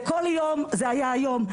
וכל יום זה היה היום,